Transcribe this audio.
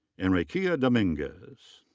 enriqueta dominguez.